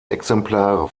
exemplare